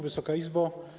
Wysoka Izbo!